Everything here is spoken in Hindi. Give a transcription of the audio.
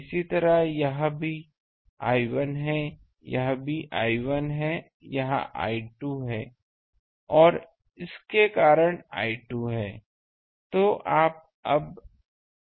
इसी तरह यह भी I1 है यह भी I1 है यह I2 है और इसके कारण I2 है